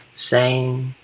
saying,